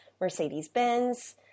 Mercedes-Benz